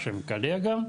טברסקי)